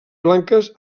blanques